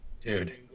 dude